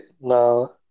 No